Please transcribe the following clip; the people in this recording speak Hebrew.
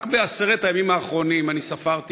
רק בעשרת הימים האחרונים אני ספרתי,